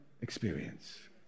experience